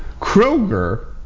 Kroger